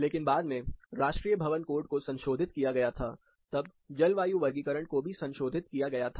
लेकिन बाद में राष्ट्रीय भवन कोड को संशोधित किया गया था तब जलवायु वर्गीकरण को भी संशोधित किया गया था